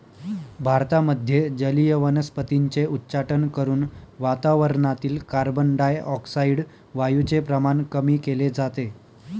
भारतामध्ये जलीय वनस्पतींचे उच्चाटन करून वातावरणातील कार्बनडाय ऑक्साईड वायूचे प्रमाण कमी केले जाते